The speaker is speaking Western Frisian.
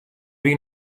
wie